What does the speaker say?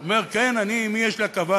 אומר: כן, אני, עם מי יש לי הכבוד?